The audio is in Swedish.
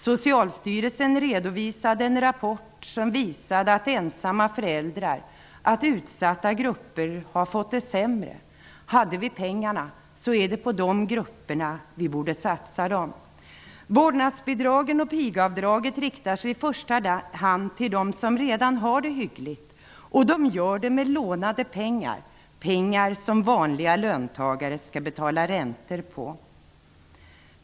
Socialstyrelsen redovisade en rapport som visade att ensamma föräldrar och utsatta grupper har fått det sämre. Om vi hade pengarna vore det på dessa grupper de borde satsas. Vårdnadsbidraget och pigavdraget riktar sig i första hand till dem som redan har det hyggligt. Det skall göras med lånade pengar -- pengar som vanliga löntagare skall betala räntor för.